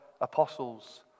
apostles